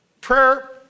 prayer